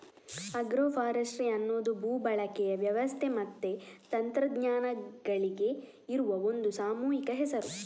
agro forestry ಅನ್ನುದು ಭೂ ಬಳಕೆಯ ವ್ಯವಸ್ಥೆ ಮತ್ತೆ ತಂತ್ರಜ್ಞಾನಗಳಿಗೆ ಇರುವ ಒಂದು ಸಾಮೂಹಿಕ ಹೆಸರು